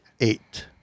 Eight